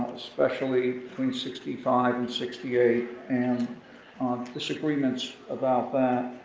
especially between sixty five and sixty eight, and disagreements about